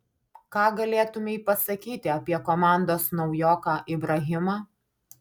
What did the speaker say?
ką galėtumei pasakyti apie komandos naujoką ibrahimą